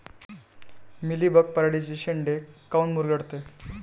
Mealybug पराटीचे चे शेंडे काऊन मुरगळते?